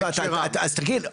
אז מה, אז תגיד.